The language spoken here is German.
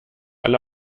alle